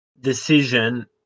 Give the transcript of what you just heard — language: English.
decision